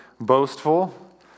boastful